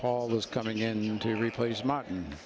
paul is coming in to replace martin